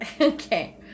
Okay